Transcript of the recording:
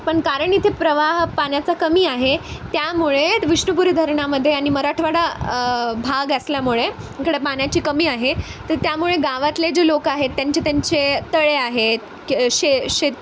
पण कारण इथे प्रवाह पाण्याचा कमी आहे त्यामुळे विष्णुपुरी धरणामध्ये आणि मराठवाडा भाग असल्यामुळे इकडं पाण्याची कमी आहे तर त्यामुळे गावातले जे लोक आहेत त्यांचे त्यांचे तळे आहेत शे शेत